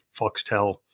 Foxtel